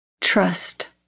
Trust